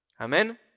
Amen